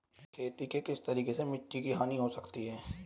खेती के किस तरीके से मिट्टी की हानि हो सकती है?